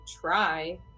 try